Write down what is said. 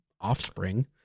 offspring